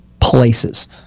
places